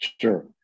Sure